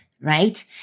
right